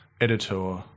Editor